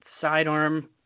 sidearm